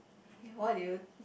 you what did you